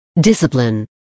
Discipline